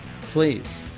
Please